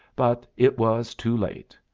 but it was too late.